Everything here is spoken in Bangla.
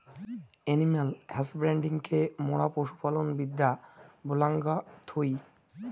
এনিম্যাল হাসব্যান্ড্রিকে মোরা পশু পালন বিদ্যা বলাঙ্গ থুই